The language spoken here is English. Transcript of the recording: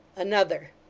another!